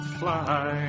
fly